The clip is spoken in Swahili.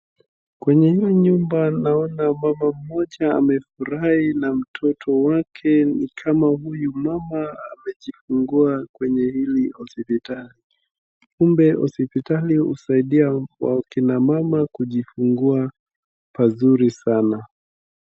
Kwenye hii nyumba naona mama mmoja amefurai na mtoto wake, ni kama huyu mama amejifungua kwenye hili hospitali, kumbe hospitali husaidia kina mama kujifungua pazuri sana.